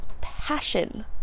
passion